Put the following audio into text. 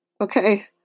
Okay